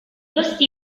costi